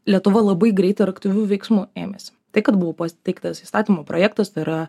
lietuva labai greitai ir aktyvių veiksmų ėmėsi tai kad buvo pasteiktas įstatymo projektas tai yra